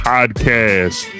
Podcast